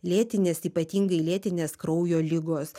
lėtinės ypatingai lėtinės kraujo ligos